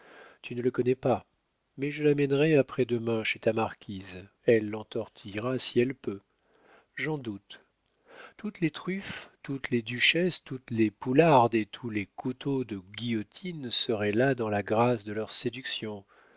tu ne le connais pas mais je l'amènerai après-demain chez ta marquise elle l'entortillera si elle peut j'en doute toutes les truffes toutes les duchesses toutes les poulardes et tous les couteaux de guillotine seraient là dans la grâce de leurs séductions